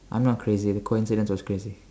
I'm not crazy the coincidence was crazy